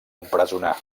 empresonar